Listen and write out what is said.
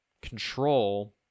control